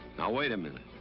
now, wait a minute.